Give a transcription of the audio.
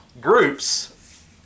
groups